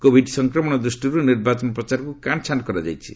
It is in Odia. କୋଭିଡ ସଂକ୍ରମଣ ଦୃଷ୍ଟିରୁ ନିର୍ବାଚନ ପ୍ରଚାରକୁ କାଣ୍ଟଛାଣ୍ଟ କରାଯାଇଛି